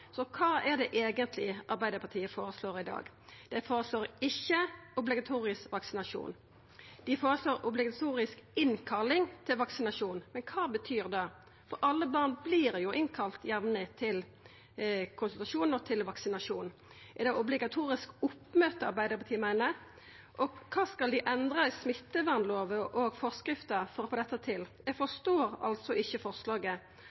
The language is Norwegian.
Så kva er det eigentleg Arbeidarpartiet føreslår i dag? Dei føreslår ikkje obligatorisk vaksinasjon. Dei føreslår «obligatorisk innkalling» til vaksinasjon. Men kva betyr det? For alle barn vert jo innkalla jamleg til konsultasjon og til vaksinasjon. Er det obligatorisk oppmøte Arbeidarpartiet meiner? Og kva skal dei endra i smittevernlova og forskrifter for å få dette til? Eg forstår altså ikkje forslaget.